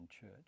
church